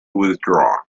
withdraw